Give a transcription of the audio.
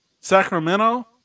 Sacramento